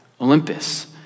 Olympus